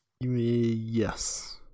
yes